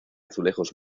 azulejos